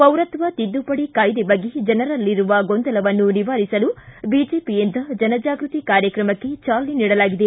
ಪೌರತ್ವ ತಿದ್ದುಪಡಿ ಕಾಯ್ದೆ ಬಗ್ಗೆ ಜನರಲ್ಲಿರುವ ಗೊಂದಲವನ್ನು ನಿವಾರಿಸಲು ಬಿಜೆಪಿಯಿಂದ ಜನಜಾಗೃತಿ ಕಾರ್ಯಕ್ರಮಕ್ಕೆ ಚಾಲನೆ ನೀಡಲಾಗಿದೆ